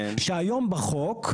היום בחוק,